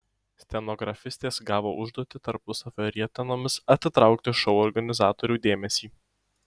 stenografistės gavo užduotį tarpusavio rietenomis atitraukti šou organizatorių dėmesį